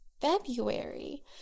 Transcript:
February